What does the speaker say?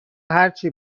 هرچی